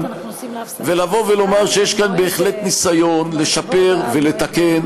ולבוא ולומר שיש כאן בהחלט ניסיון לשפר ולתקן,